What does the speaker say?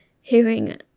hearing